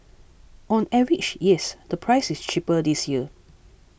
on average yes the price is cheaper this year